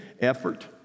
effort